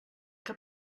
que